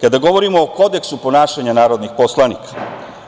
Kada govorimo o Kodeksu ponašanja narodnih poslanika,